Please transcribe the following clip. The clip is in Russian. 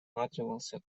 присматривался